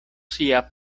sia